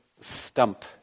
stump